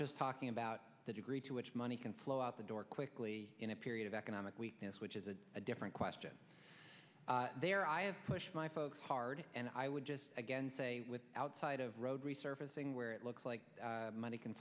just talking about the degree to which money can flow out the door quickly in a period of economic weakness which is a different question there i have pushed my folks hard and i would just again say with outside of road resurfacing where it looks like money can